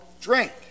drink